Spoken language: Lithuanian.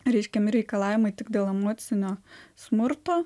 reiškiami reikalavimai tik dėl emocinio smurto